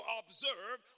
observe